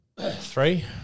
three